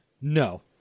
No